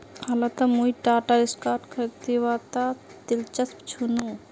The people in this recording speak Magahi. हालत मुई टाटार स्टॉक खरीदवात दिलचस्प छिनु